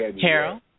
Carol